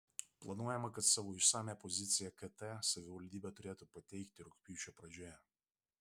planuojama kad savo išsamią poziciją kt savivaldybė turėtų pateikti rugpjūčio pradžioje